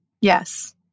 Yes